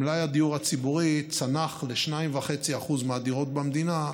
מלאי הדיור הציבורי צנח ל-2.5% מהדירות במדינה,